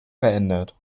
verändert